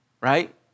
Right